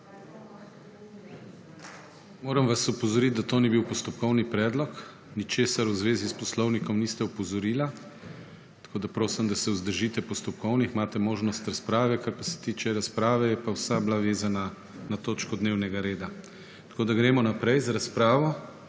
Moram vas opozoriti, da to ni bil postopkovni predlog. Ničesar v zvezi s poslovnikom niste opozorili. Tako da prosim, da se vzdržite postopkovnih. Imate možnost razprave. Kar pa se tiče razprave, je vsa bila vezana na točko dnevnega reda. Gremo naprej z razpravo.